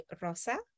rosa